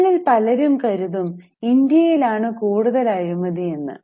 നമ്മളിൽ പലരും കരുതും ഇന്ത്യയിൽ ആണ് കൂടുതൽ അഴിമതി എന്ന്